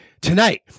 tonight